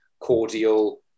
cordial